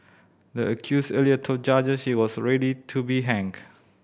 the accused earlier told judges she was ready to be hanged